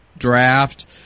Draft